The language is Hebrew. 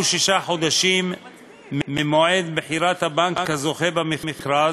שישה חודשים ממועד בחירת הבנק הזוכה במכרז,